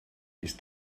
ist